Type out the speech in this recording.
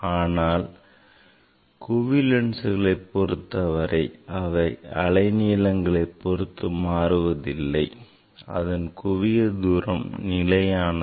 ஆனால் குவிலென்ஸ்களைப் பொருத்தவரை அவை அலை நீளங்களை பொருத்து மாறுவதில்லை அதன் குவிய தூரம் நிலையானது